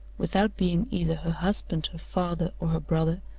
without being either her husband, her father, or her brother,